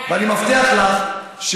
אני מבטיח לך,